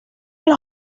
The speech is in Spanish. los